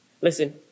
Listen